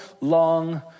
long